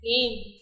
game